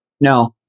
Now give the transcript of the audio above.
No